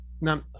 Now